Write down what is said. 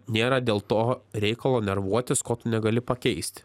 nėra dėl to reikalo nervuotis ko tu negali pakeisti